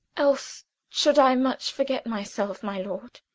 else should i much forget myself, my lord.